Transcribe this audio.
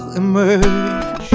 emerge